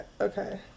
Okay